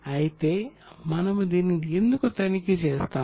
అయితే మనము దీనిని ఎందుకు తనిఖీ చేస్తాము